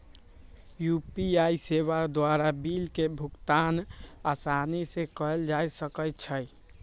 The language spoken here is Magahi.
यू.पी.आई सेवा द्वारा बिल के भुगतान असानी से कएल जा सकइ छै